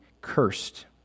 cursed